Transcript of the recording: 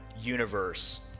universe